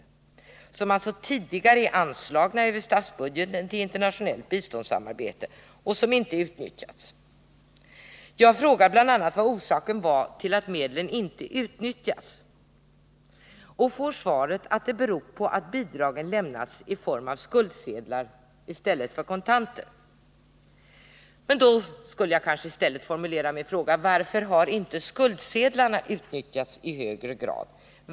Det är alltså medel som tidigare är anslagna över statsbudgeten till internationellt biståndssamarbete och som inte utnyttjats. Jag frågade bl.a. vad orsaken var till att medlen inte utnyttjats och får svaret att det beror på att bidragen lämnats i form av skuldsedlar i stället för kontanter. Då vill jag formulera min fråga så här: Varför har inte skuldsedlarna utnyttjats i högre grad?